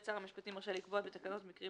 (ב)שר המשפטים רשאי לקבוע בתקנות מקרים